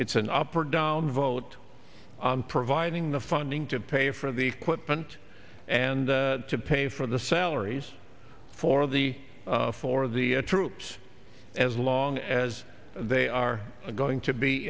it's an up or down vote on providing the funding to pay for the equipment and to pay for the salaries for the for the troops as long as they are going to be